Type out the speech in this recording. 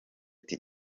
ati